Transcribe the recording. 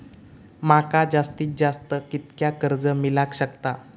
माका जास्तीत जास्त कितक्या कर्ज मेलाक शकता?